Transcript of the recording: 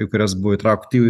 į kurias buvo įtraukti